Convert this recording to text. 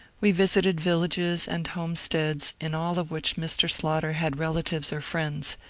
we visited villages and homesteads in all of which mr. slaughter had relatives or friends,